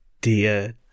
Dear